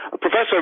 Professor